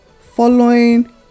following